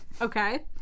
Okay